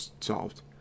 solved